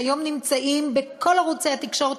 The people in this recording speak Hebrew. שהיום נמצאים בכל ערוצי התקשורת,